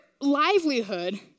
livelihood